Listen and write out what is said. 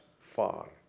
far